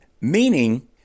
Meaning